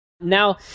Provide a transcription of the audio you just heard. Now